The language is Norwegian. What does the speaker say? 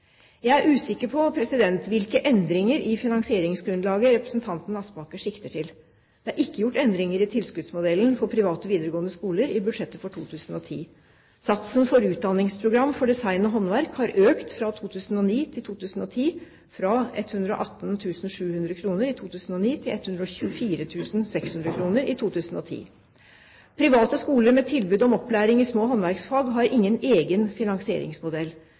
Jeg er usikker på hvilke endringer i finansieringsgrunnlaget representanten Aspaker sikter til. Det er ikke gjort endringer i tilskuddsmodellen for private videregående skoler i budsjettet for 2010. Satsen for utdanningsprogram for design og håndverk har økt fra 2009 til 2010, fra 118 700 kr i 2009 til 124 600 kr i 2010. Private skoler med tilbud om opplæring i små håndverksfag har ingen egen finansieringsmodell.